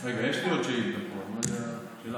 יש פה עוד שאילתה, שלך.